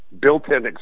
built-in